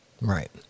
Right